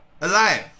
alive